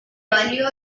valió